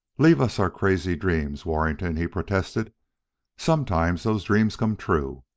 leave us our crazy dreams, warrington, he protested sometimes those dreams come true.